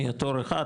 יהיה תור אחד,